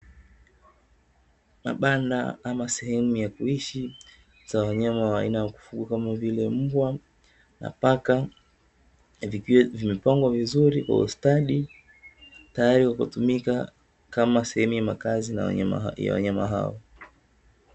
Mabanda ama sehemu ya kuishi ambayo hutumika na wanyama kama mbwa